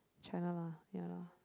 China lah ya